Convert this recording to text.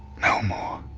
no more.